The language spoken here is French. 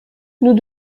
nous